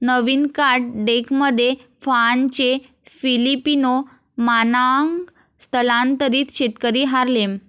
नवीन card डेकमध्ये फाहानचे Filipino Manong स्थलांतरित शेतकरी हार्लेम